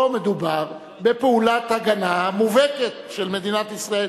פה מדובר בפעולת הגנה מובהקת של מדינת ישראל.